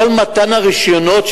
כל מתן הרשיונות,